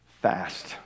fast